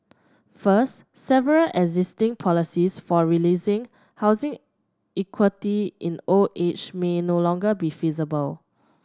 first several existing policies for releasing housing equity in old age may no longer be feasible